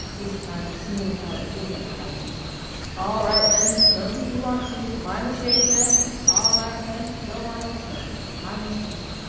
this time singing out a different tiding all right, men, smoke if you want to! my mistake, men! it's all right, men! go on and smoke my mistake!